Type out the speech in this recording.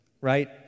right